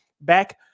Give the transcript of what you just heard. back